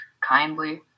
kindly